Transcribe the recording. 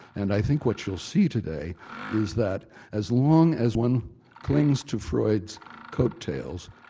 and i think what you'll see today is that as long as one clings to freud's coat-tails,